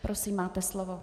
Prosím, máte slovo.